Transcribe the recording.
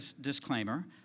disclaimer